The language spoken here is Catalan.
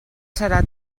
serà